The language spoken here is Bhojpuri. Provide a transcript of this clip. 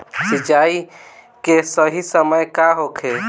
सिंचाई के सही समय का होखे?